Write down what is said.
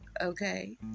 okay